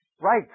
right